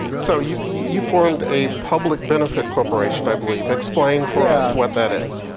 so you you formed a public benefit corporation i believe. explain for us what that is.